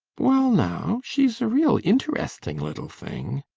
well now, she's a real interesting little thing,